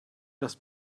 dass